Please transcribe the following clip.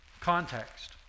context